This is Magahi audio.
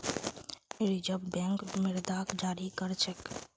रिज़र्व बैंक मुद्राक जारी कर छेक